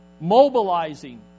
mobilizing